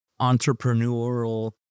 entrepreneurial